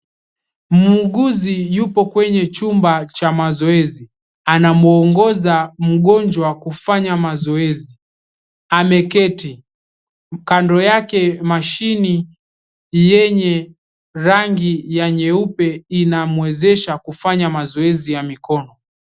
Muuguzi yupo kwenye chumba cha mazoezi anamuongoza mgonjwa kufanya mazoezi ameketi kando yake mashini yenye rangi ya nyeupe inamuezesha kufanya mazoezi ya mikono.